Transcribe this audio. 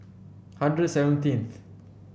hundred seventeenth